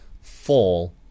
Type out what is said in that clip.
fall